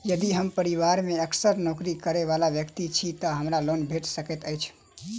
यदि हम परिवार मे असगर नौकरी करै वला व्यक्ति छी तऽ हमरा लोन भेट सकैत अछि?